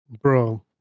bro